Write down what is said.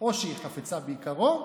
או שהיא חפצה ביקרו,